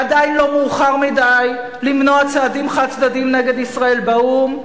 עדיין לא מאוחר מדי למנוע צעדים חד-צדדיים נגד ישראל באו"ם.